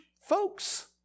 folks